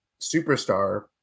superstar